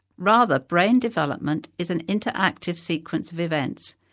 rather, brain development is an interactive sequence of events,